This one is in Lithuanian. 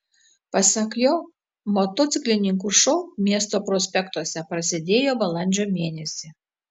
pasak jo motociklininkų šou miesto prospektuose prasidėjo balandžio mėnesį